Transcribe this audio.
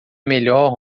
melhor